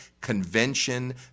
convention